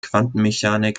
quantenmechanik